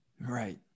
right